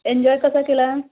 enjoy कसा केला